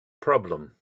problem